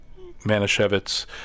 Manischewitz